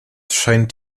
scheint